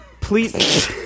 please